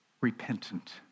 repentant